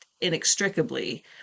inextricably